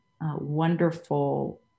wonderful